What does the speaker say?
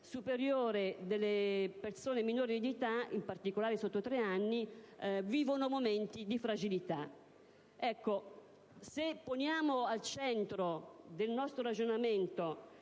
superiore delle persone minori di età, in particolare al di sotto dei tre anni, vivono momenti di fragilità. Se poniamo al centro del nostro ragionamento